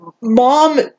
mom